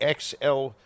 XL